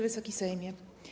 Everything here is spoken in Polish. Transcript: Wysoki Sejmie!